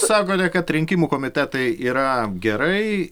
sakote kad rinkimų komitetai yra gerai